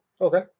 Okay